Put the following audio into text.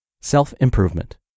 Self-improvement